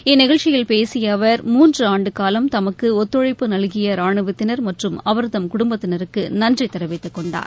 இந்நிகழ்ச்சியில் பேசிய அவர் மூன்று ஆண்டு காலம் தமக்கு ஒத்துழைப்பு நல்கிய ரானுவத்தினர் மற்றும் அவர்தம் குடும்பத்தினருக்கு நன்றி தெரிவித்துக்கொண்டார்